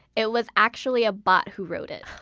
it was actually a bot who wrote it.